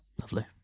Lovely